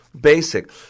Basic